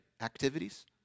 activities